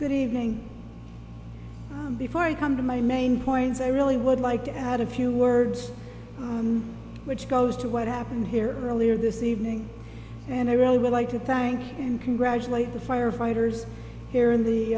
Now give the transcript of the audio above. good evening before i come to my main point i really would like to add a few words which goes to what happened here earlier this evening and i really would like to thank and congratulate the firefighters here in the